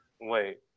Wait